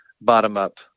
bottom-up